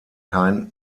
kein